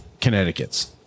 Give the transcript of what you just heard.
Connecticuts